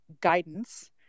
guidance